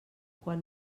quan